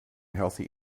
healthy